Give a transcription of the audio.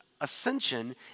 ascension